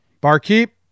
Barkeep